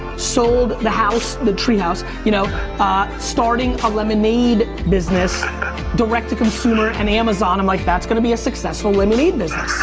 sold the house, the tree house, you know ah starting a lemonade business direct to consumer and amazon, i'm like that's gonna be a successful lemonade business.